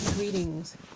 Greetings